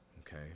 Okay